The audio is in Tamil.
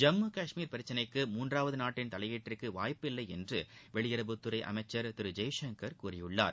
ஜம்மு காஷ்மீர் பிரச்சனைக்கு மூன்றாவது நாட்டின் தலையீட்டிற்கு வாய்ப்பு இல்லை என்று வெளியுறவுத்துறை அமைச்சர் திரு ஜெய்சங்கர் கூறியிருக்கிறார்